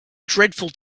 dreadful